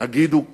הגידו "כן"